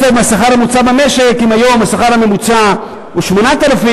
אם היום השכר הממוצע הוא 8,000,